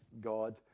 God